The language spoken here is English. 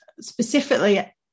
specifically